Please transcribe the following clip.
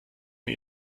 mir